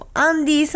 andy